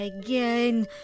again